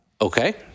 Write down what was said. Okay